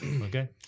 Okay